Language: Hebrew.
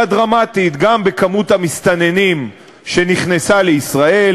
דרמטית גם במספר המסתננים שנכנסו לישראל,